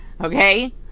okay